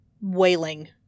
wailing